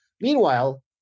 meanwhile-